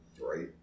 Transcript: Right